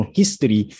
history